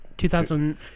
2000